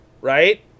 right